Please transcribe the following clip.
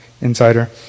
insider